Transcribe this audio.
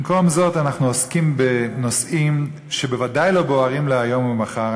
במקום זאת אנחנו עוסקים בנושאים שבוודאי לא בוערים להיום ומחר.